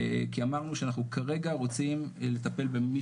כי אמרנו שאנחנו כרגע רוצים לטפל במי